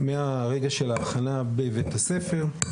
מהרגע של ההכנה בבית הספר,